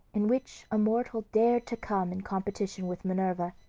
in which a mortal dared to come in competition with minerva.